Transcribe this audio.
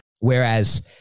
Whereas